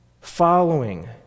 following